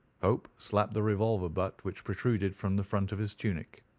hope slapped the revolver butt which protruded from the front of his tunic.